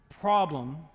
problem